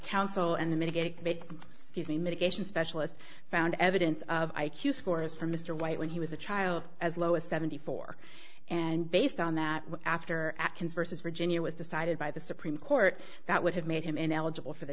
counsel and the mitigate make me mitigation specialist found evidence of i q scores from mr white when he was a child as low as seventy four and based on that after atkins versus virginia was decided by the supreme court that would have made him ineligible for the